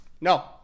no